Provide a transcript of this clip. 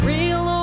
Real